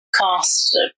cast